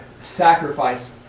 sacrifice